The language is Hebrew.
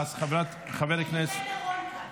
אני אתן לרון כץ.